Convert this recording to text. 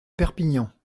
perpignan